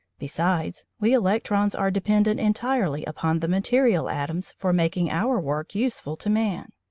besides, we electrons are dependent entirely upon the material atoms for making our work useful to man.